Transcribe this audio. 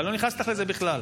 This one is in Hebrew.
אבל אני לא נכנס איתך לזה בכלל.